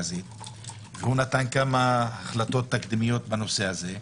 והוא נתן כמה החלטות תקדימיות בנושא הזה,